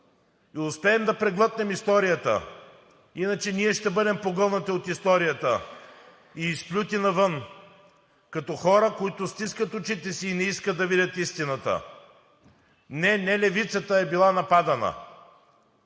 и успеем да преглътнем историята. Иначе ние ще бъдем погълнати от историята и изплюти навън като хора, които стискат очите си и не искат да видят истината. Не, не Левицата е била нападана.